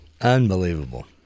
Unbelievable